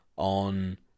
On